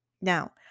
Now